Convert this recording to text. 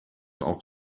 auch